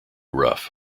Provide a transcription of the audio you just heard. rough